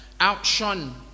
outshone